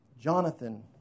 Jonathan